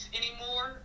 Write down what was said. anymore